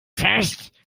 fest